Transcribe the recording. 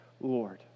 lord